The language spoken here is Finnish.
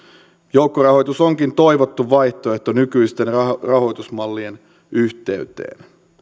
joukkorahoitus onkin toivottu vaihtoehto nykyisten rahoitusmallien yhteyteen